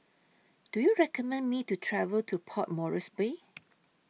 Do YOU recommend Me to travel to Port Moresby